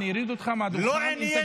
אני אוריד אותך מהדוכן אם תגיד מילים,